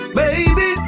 baby